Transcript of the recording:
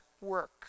work